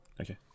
Okay